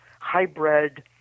hybrid